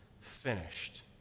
finished